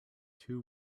two